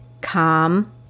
calm